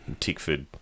Tickford